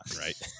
right